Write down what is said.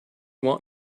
want